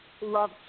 love